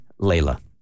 Layla